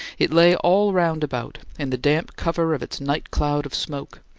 it lay all round about, in the damp cover of its night cloud of smoke,